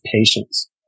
patience